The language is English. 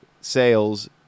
sales